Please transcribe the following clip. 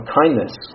kindness